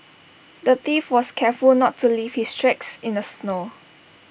the thief was careful not to leave his tracks in the snow